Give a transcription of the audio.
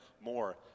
more